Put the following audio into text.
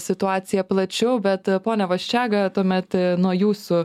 situaciją plačiau bet pone vaščega tuomet nuo jūsų